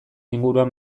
inguruan